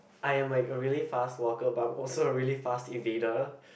I am like a very fast walker but also a really fast evader